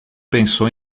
pensou